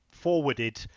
forwarded